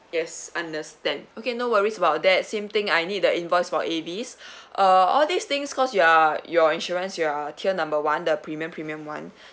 yes understand okay no worries about that same thing I need the invoice for Avis uh all these things cause you are your insurance you are tier number one the premium premium [one]